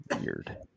Weird